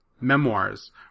memoirs